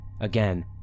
Again